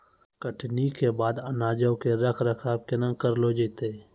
कटनी के बाद अनाजो के रख रखाव केना करलो जैतै?